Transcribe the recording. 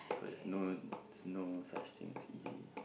so there's no there's no such thing as easy